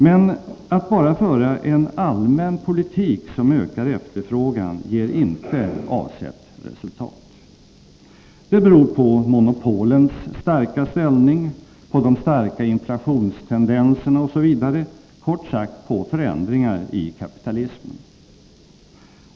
Men att bara föra en allmän politik som ökar efterfrågan ger inte avsett resultat. Det beror på monopolens starka ställning, på de starka inflationstendenserna osv. — kort sagt på förändringar i kapitalismen.